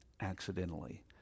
accidentally